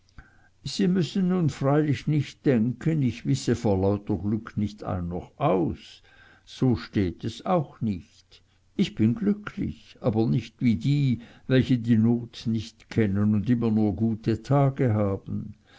sie müssen nun freilich nicht denken ich wisse vor lauter glück nicht ein noch aus so steht es auch nicht ich bin glücklich aber nicht wie die welche die not nicht kennen und immer nur gute tage haben